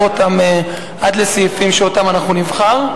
אותן עד לסעיפים שאותם אנחנו נבחר.